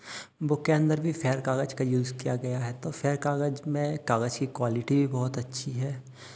book के अन्दर भी फेयर कागज़ का यूज़ किया गया है तो फेयर कागज़ में कागज़ की क्वालिटी भी बहुत अच्छी है